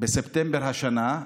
בספטמבר השנה,